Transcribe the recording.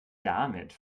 damit